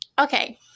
Okay